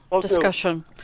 discussion